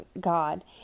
God